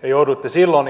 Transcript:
te ilmoititte silloin